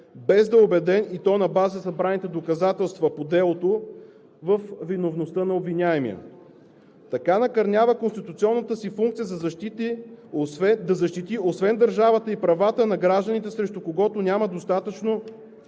без да е убеден, и то на база събраните доказателства по делото, във виновността на обвиняемия. Така накърнява конституционната си функция да защити освен държавата и правата на гражданина, срещу когото няма достатъчно